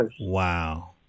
Wow